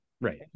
Right